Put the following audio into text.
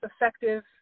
effective